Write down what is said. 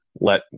let